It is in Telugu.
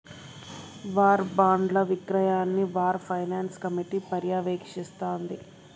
వార్ బాండ్ల విక్రయాన్ని వార్ ఫైనాన్స్ కమిటీ పర్యవేక్షిస్తాంది